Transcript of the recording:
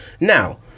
Now